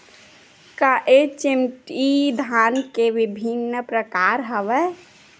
का एच.एम.टी धान के विभिन्र प्रकार हवय?